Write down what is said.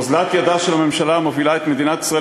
אוזלת ידה של הממשלה מובילה את מדינת ישראל